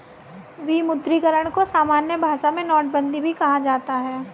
विमुद्रीकरण को सामान्य भाषा में नोटबन्दी भी कहा जाता है